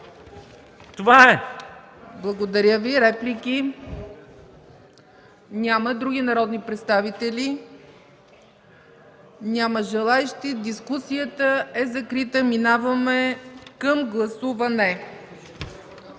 ЦАЧЕВА: Благодаря Ви. Реплики? Няма. Други народни представители? Няма желаещи. Дискусията е закрита. Преминаваме към гласуване.